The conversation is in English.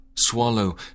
Swallow